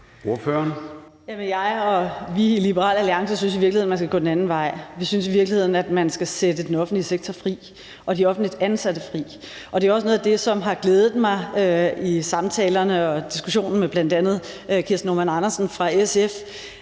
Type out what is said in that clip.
Jeg og vi i Liberal Alliance synes i virkeligheden, man skal gå den anden vej. Vi synes i virkeligheden, man skal sætte den offentlige sektor fri og de offentligt ansatte fri. Det er også noget af det, som har glædet mig i samtalerne og diskussionen med bl.a. Kirsten Normann Andersen fra SF,